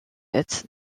its